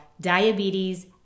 diabetes